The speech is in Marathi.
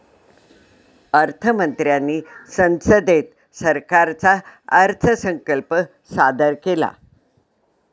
अर्थ मंत्र्यांनी संसदेत सरकारचा अर्थसंकल्प सादर केला